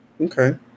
Okay